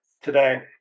today